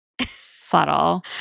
Subtle